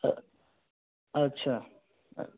हाँ अच्छा हाँ